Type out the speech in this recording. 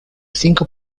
cinco